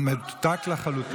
מנותק לחלוטין.